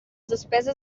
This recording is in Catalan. despeses